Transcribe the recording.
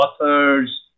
authors